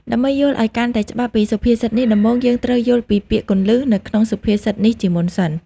ដើម្បីយល់ឲ្យកាន់តែច្បាស់ពីសុភាសិតនេះដំបូងយើងត្រូវយល់ពីពាក្យគន្លឹះនៅក្នុងសុភាសិតនេះជាមុនសិន។